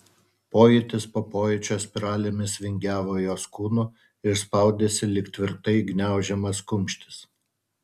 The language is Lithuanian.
pojūtis po pojūčio spiralėmis vingiavo jos kūnu ir spaudėsi lyg tvirtai gniaužiamas kumštis